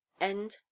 End